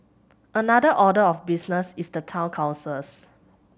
another order of business is the town councils